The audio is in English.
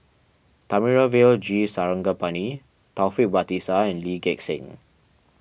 Thamizhavel G Sarangapani Taufik Batisah and Lee Gek Seng